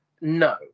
No